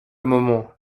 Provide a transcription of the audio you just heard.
moment